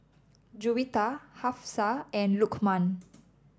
Juwita Hafsa and Lukman